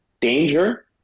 danger